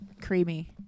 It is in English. creamy